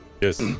Yes